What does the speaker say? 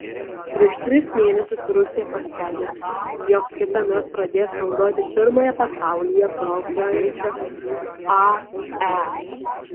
prieš tris mėnesius rusija paskelbė jog kitąmet pradės naudoti pirmąją pasaulyje plaukiojančią ae